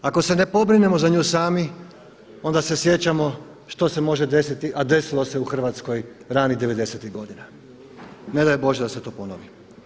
Ako se ne pobrinemo za nju sami, onda se sjećamo što se može desiti a desilo se u Hrvatskoj ranih '90.-tih godina, ne daj Bože da se to ponovi.